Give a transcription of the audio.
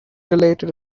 related